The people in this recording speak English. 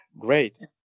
Great